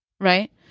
right